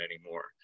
anymore